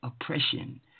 oppression